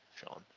Sean